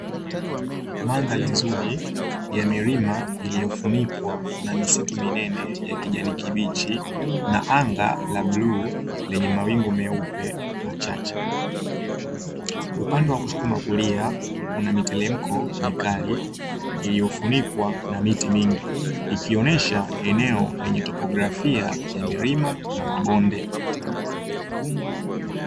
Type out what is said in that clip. Mandhari nzuri ya milima, iliyofunikwa na misitu minene ya kijani kibichi na anga la bluu lenye mawingu meupe machache. Upande wa kushoto na kulia kuna miteremko mikali iliyofunikwa na miti mingi, ikionesha eneo lenye topografia ya milima na mabonde.